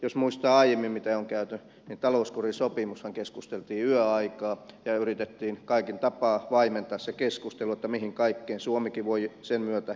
jos muistellaan mitä asioita aiemmin on käsitelty niin talouskurisopimuksestahan keskusteltiin yöaikaan ja yritettiin kaikella tapaa vaimentaa se keskustelu mihin kaikkeen suomikin voi sen myötä joutua